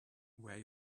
where